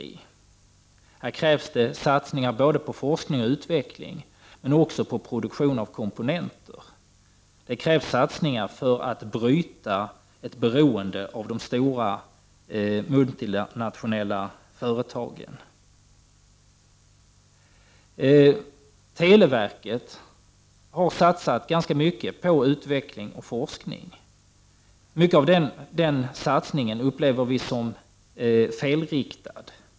På detta område krävs det satsningar på både forskning och utveckling men också på produktion av komponenter. Det krävs satsningar för att bryta ett beroende av de stora multinationella företagen. Televerket har satsat ganska mycket på utveckling och forskning. Mycket av den satsningen upplever vi som felriktad.